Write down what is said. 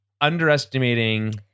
underestimating